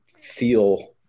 feel